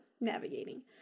navigating